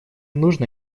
нужно